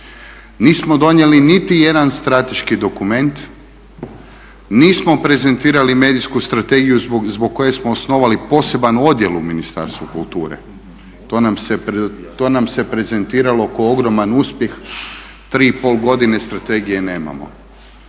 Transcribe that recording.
Nismo donijeli niti jedan strateški dokument. Nismo prezentirali medijsku strategiju zbog koje smo osnovali poseban odjel u Ministarstvu kulture. To nam se prezentiralo kao ogroman uspjeh 3,5 godine strategije nemamo.